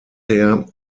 her